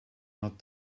not